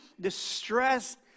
distressed